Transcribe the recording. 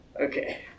Okay